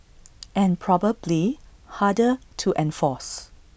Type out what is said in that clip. and probably harder to enforce